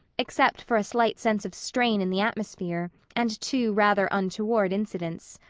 except for a slight sense of strain in the atmosphere and two rather untoward incidents.